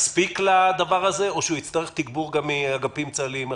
מספיק לדבר הזה או שהוא יצטרך תגבור גם מאגפים צה"ליים אחרים?